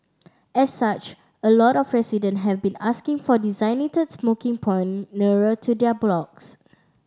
as such a lot of residents have been asking for designated smoking point nearer to their blocks